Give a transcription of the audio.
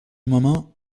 moment